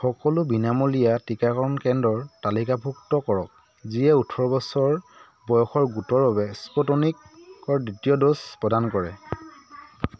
সকলো বিনামূলীয়া টীকাকৰণ কেন্দ্ৰৰ তালিকাভুক্ত কৰক যিয়ে ওঠৰ বছৰ বয়স গোটৰ বাবে স্পুটনিকৰ দ্বিতীয় ড'জ প্ৰদান কৰে